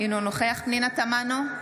אינו נוכח פנינה תמנו,